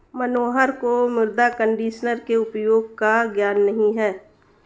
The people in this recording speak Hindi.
मनोहर को मृदा कंडीशनर के उपयोग का ज्ञान नहीं है